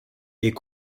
est